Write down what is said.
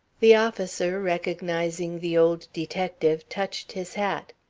the officer, recognizing the old detective, touched his hat.